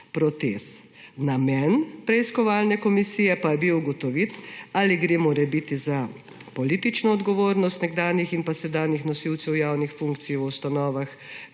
Namen preiskovalne komisije pa je bil ugotoviti, ali gre morebiti za politično odgovornost nekdanjih in sedanjih nosilcev javnih funkcij v ustanovah,